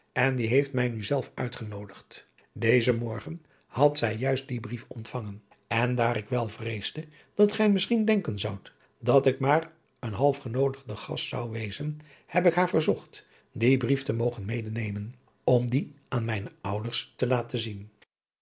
en die heeft mij nu zelf uitgenoodigd dezen morgen had zij juist dien brief ontvangen en daar ik wel vreesde dat gij misschien denken zoudt dat ik maar een halfgenoodigde gast zou wezen heb ik haar verzocht dien brief te mogen meêneadriaan loosjes pzn het leven van hillegonda buisman men om dien aan mijne ouders te laten zien